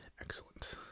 excellent